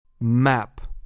Map